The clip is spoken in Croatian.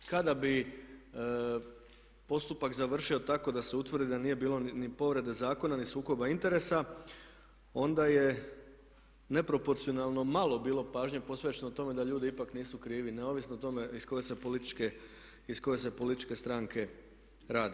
Kada bi postupak završio tako da se utvrdi da nije bilo ni povrede zakona, ni sukoba interesa onda je neproporcionalno malo bilo pažnje posvećeno tome da ljudi ipak nisu krivi neovisno o tome iz koje se političke stranke radi.